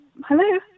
hello